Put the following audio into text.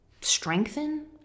strengthen